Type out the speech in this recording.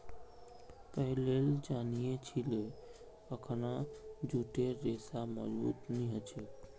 पहिलेल जानिह छिले अखना जूटेर रेशा मजबूत नी ह छेक